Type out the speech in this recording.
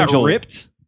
ripped